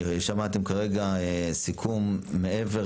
שמעתם כרגע סיכום מעבר